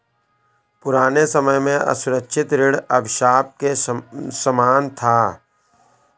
पुराने समय में असुरक्षित ऋण अभिशाप के समान था